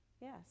Yes